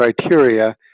criteria